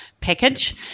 package